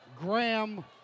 Graham